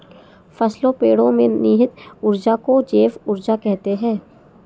फसलों पेड़ो में निहित ऊर्जा को जैव ऊर्जा कहते हैं